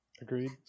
agreed